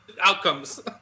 outcomes